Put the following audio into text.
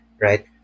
right